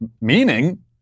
Meaning